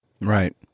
Right